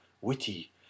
witty